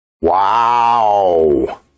Wow